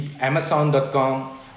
Amazon.com